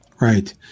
Right